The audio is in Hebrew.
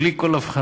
בלי כל הבחנה,